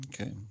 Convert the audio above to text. Okay